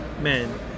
man